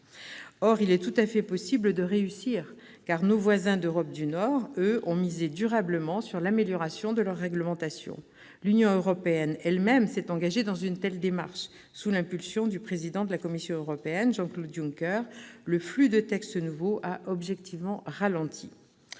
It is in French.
Or il est tout à fait possible de réussir : nos voisins d'Europe du Nord, eux, ont misé durablement sur l'amélioration de leur réglementation. L'Union européenne elle-même s'est engagée dans une telle démarche : sous l'impulsion du président de la Commission européenne, Jean-Claude Juncker, le flux de textes nouveaux a objectivement ralenti.